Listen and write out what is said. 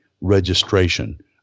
registration